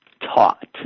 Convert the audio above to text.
Taught